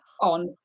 on